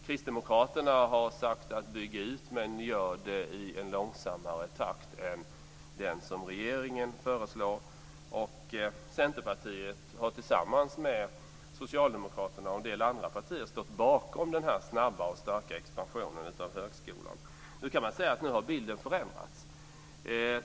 Kristdemokraterna har sagt: Bygg ut, men gör det i en långsammare takt än den som regeringen föreslår. Centerpartiet har, tillsammans med Socialdemokraterna och en del andra partier, stått bakom den snabba och starka expansionen av högskolan. Nu kan man se att bilden har förändrats.